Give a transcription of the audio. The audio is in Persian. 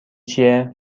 چیه